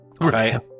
Right